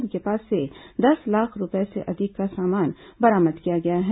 उनके पास से दस लाख रूपये से अधिक का सामान बरामद किया गया है